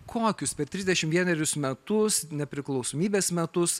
kokius per trisdešimt vienerius metus nepriklausomybės metus